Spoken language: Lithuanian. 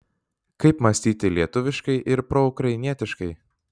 kaip mąstyti lietuviškai ir proukrainietiškai